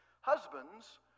Husbands